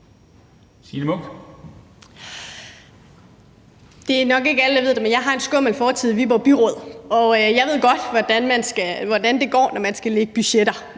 Munk (SF): Det er nok ikke alle, der ved det, men jeg har en skummel fortid i Viborg Byråd, og jeg ved godt, hvordan det går, når man skal lægge budgetter.